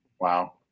wow